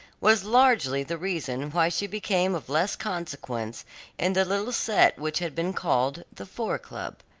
was largely the reason why she became of less consequence in the little set which had been called the four club.